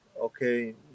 okay